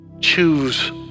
Choose